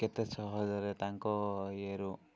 କେତେ ସହଜରେ ତାଙ୍କ ଇଏରୁ